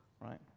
right